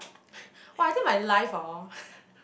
!wah! I think my life hor